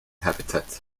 habitat